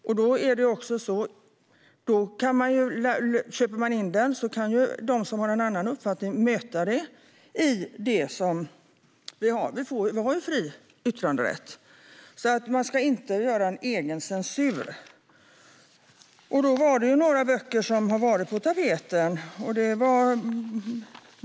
Om boken köps in kan de som har en annan uppfattning bemöta innehållet. Vi har ju fri yttranderätt. Biblioteket ska inte ägna sig åt egen censur. Några böcker har varit på tapeten.